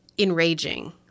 enraging